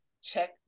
check